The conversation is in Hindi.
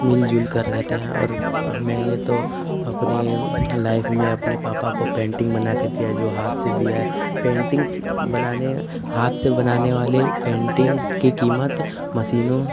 मिलजुल कर रहते हैं और मैने तो अपने लाइफ में अपने पापा को पेंटिंग बना के दिया जो हाथ से दिया पेंटिंग्स बनाने हाथ से बनाने वाले पेंटिंग की कीमत मसीनो कि